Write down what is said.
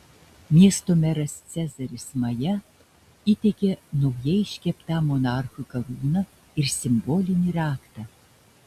miesto meras cezaris maja įteikė naujai iškeptam monarchui karūną ir simbolinį raktą